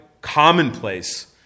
commonplace